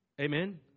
Amen